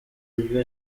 herve